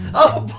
oh boy,